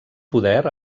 poder